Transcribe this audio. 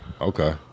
Okay